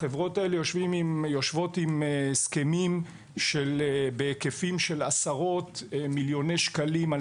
החברות האלה יושבות עם הסכמים בהיקפים של מאות מיליוני שקלים על